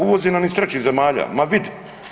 Uvoze nam iz trećih zemalja, ma vidi.